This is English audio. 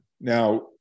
Now